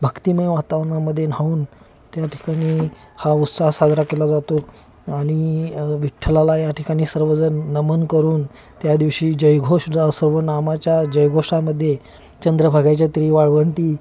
भक्तिमय वातावरणामध्ये न्हाऊन त्या ठिकाणी हा उत्साह साजरा केला जातो आणि विठ्ठलाला या ठिकाणी सर्वजण नमन करून त्या दिवशी जयघोष जो सर्व नामाच्या जयघोषामध्ये चंद्रभागेच्या तीरी वाळवंटी